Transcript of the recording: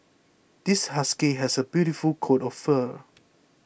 this husky has a beautiful coat of fur